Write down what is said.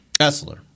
Essler